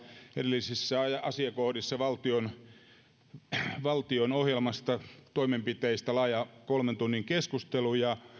edellisessä asiakohdassa käytiin valtion ohjelmasta toimenpiteistä laaja kolmen tunnin keskustelu ja